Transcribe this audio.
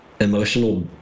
emotional